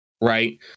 right